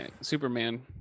Superman